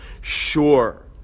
sure